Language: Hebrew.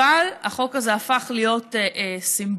אבל החוק הזה הפך להיות סימבולי,